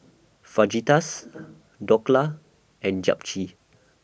Fajitas Dhokla and Japchae